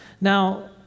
now